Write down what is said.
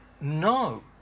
No